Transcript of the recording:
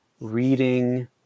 reading